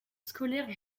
scolaire